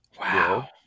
Wow